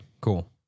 cool